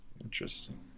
interesting